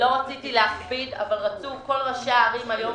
לא רציתי להכביד אבל רצו כל ראשי הערים היום